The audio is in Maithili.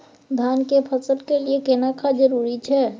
धान के फसल के लिये केना खाद जरूरी छै?